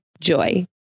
Joy